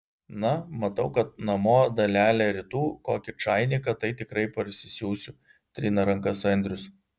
na matau kad namo dalelę rytų kokį čainiką tai tikrai parsisiųsiu trina rankas andrius